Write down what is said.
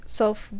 self